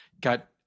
got